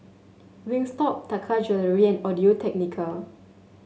Wingstop Taka Jewelry and Audio Technica